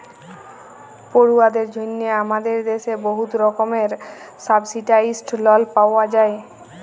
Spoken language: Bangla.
পড়ুয়াদের জ্যনহে আমাদের দ্যাশে বহুত রকমের সাবসিডাইস্ড লল পাউয়া যায়